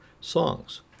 songs